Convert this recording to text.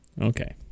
okay